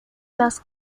las